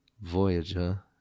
Voyager